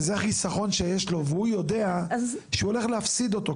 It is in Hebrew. זה חיסכון שיש לו והוא יודע שהוא הולך להפסיד אותו.